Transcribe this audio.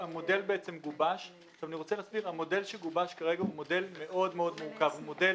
המודל שגובש כרגע הוא מודל מאוד מורכב, הוא מודל